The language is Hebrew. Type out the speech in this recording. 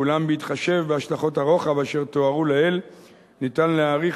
ואולם בהתחשב בהשלכות הרוחב אשר תוארו לעיל ניתן להעריך